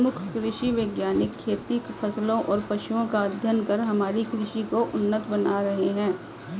प्रमुख कृषि वैज्ञानिक खेती फसलों तथा पशुओं का अध्ययन कर हमारी कृषि को उन्नत बना रहे हैं